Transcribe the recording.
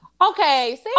Okay